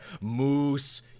Moose